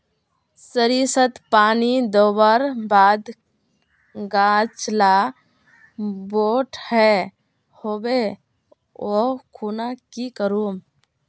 सरिसत पानी दवर बात गाज ला बोट है होबे ओ खुना की करूम?